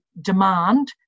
demand